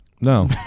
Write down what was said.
No